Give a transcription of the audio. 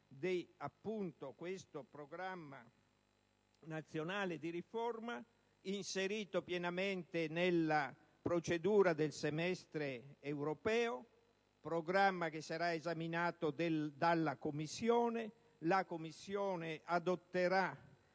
il Programma nazionale di riforma, inserito pienamente nella procedura del semestre europeo. Programma che sarà esaminato dalla Commissione, la quale adotterà